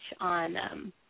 on